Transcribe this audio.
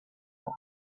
pod